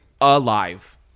alive